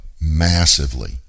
massively